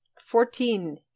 Fourteen